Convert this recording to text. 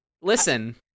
Listen